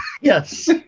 Yes